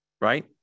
right